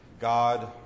God